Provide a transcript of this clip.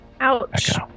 Ouch